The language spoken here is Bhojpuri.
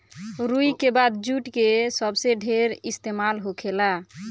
रुई के बाद जुट के सबसे ढेर इस्तेमाल होखेला